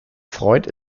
freut